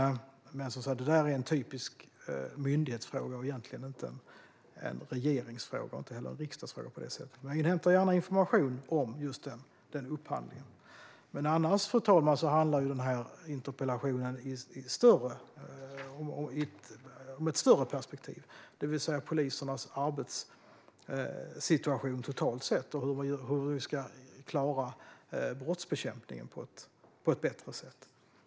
Men detta är en typisk myndighetsfråga och egentligen inte en regeringsfråga och inte heller en riksdagsfråga. Men jag inhämtar gärna information om just denna upphandling. Fru talman! Annars handlar denna interpellation om ett större perspektiv, det vill säga polisernas arbetssituation totalt sett och hur vi ska klara brottsbekämpningen på ett bättre sätt.